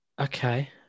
Okay